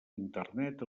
internet